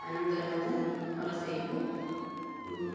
ଆନନ୍ଦରେ ମଧ୍ୟ ମୋ ରୋଷେଇକୁ